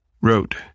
wrote